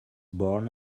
born